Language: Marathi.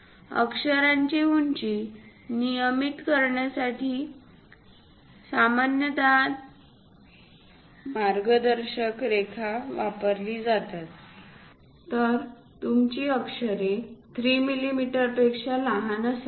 अक्षरांची उंची नियमित करण्यासाठी सामान्यत 3 मिलीमीटर मार्गदर्शक रेखा वापरली जातात तर तुमची अक्षरे 3 मिलीमीटर पेक्षा लहान असावीत